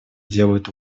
делают